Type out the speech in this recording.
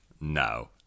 No